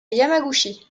yamaguchi